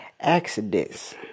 accidents